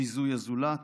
ביזוי הזולת.